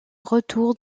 retour